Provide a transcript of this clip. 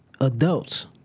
adults